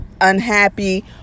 unhappy